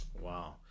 Wow